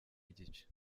igice